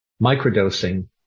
microdosing